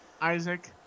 Isaac